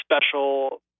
special